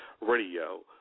Radio